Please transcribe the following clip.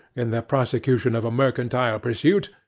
in the prosecution of a mercantile pursuit,